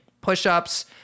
push-ups